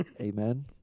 Amen